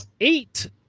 eight